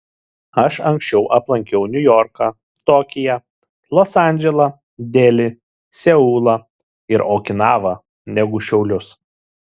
aš anksčiau aplankiau niujorką tokiją los andželą delį seulą ir okinavą negu šiaulius